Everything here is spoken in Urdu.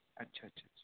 اچھا اچھا اچھا